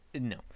No